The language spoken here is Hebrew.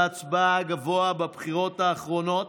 אחוז ההצבעה הגבוה בבחירות האחרונות